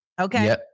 Okay